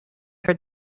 heard